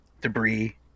debris